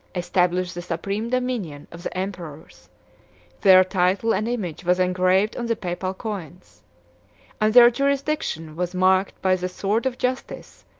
established the supreme dominion of the emperors their title and image was engraved on the papal coins and their jurisdiction was marked by the sword of justice,